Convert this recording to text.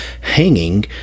hanging